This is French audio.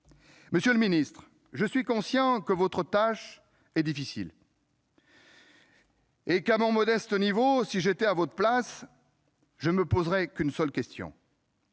Monsieur le ministre, je suis conscient que votre tâche est difficile. À mon modeste niveau, si j'étais à votre place, je ne me poserais qu'une seule question